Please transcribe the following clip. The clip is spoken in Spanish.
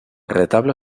retablo